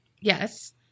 Yes